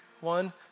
One